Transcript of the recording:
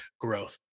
growth